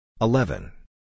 Eleven